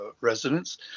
residents